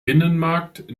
binnenmarkt